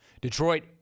Detroit